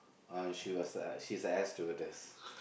uh she was a she's a air stewardess